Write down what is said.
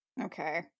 Okay